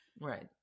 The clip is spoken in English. Right